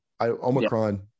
omicron